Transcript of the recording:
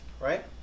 Right